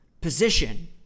position